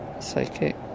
Psychic